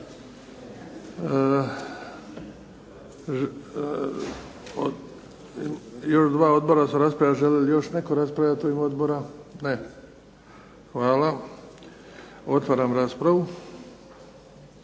Hvala. Otvaram raspravu.